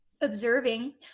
observing